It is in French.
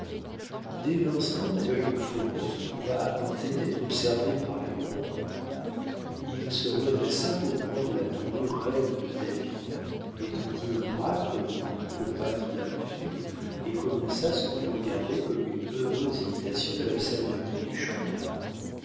dès l'instant quœil de faucon se trouva à portée d'être observé par les hurons il se redressa pour prendre la tournure raide de david étendit un bras comme lui pour battre la mesure et commença ce qu'il regardait comme une heureuse imitation de la psalmodie du chanteur